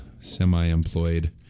semi-employed